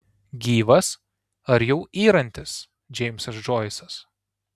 gyvas ar jau yrantis džeimsas džoisas